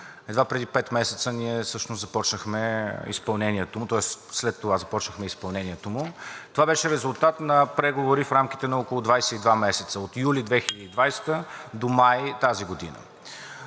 едва преди пет месеца ние всъщност започнахме изпълнението му, тоест след това започнахме изпълнението му. Това беше резултат на преговори в рамките на около 22 месеца – от юли 2020 г. до май тази година.